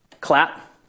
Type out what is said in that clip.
clap